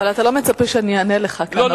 אבל אתה לא מצפה שאני אענה לך כאן,